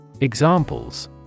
Examples